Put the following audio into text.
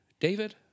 David